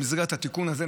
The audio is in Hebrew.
במסגרת התיקון הזה,